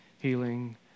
healing